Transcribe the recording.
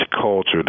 culture